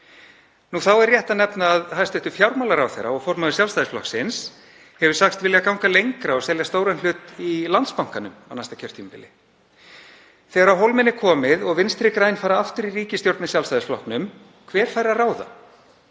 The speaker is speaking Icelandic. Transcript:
Þá er rétt að nefna að hæstv. fjármálaráðherra og formaður Sjálfstæðisflokksins hefur sagst vilja ganga lengra og selja stóran hlut í Landsbankanum á næsta kjörtímabili. Þegar á hólminn er komið og Vinstri græn fara aftur í ríkisstjórn með Sjálfstæðisflokknum, hver fær að ráða?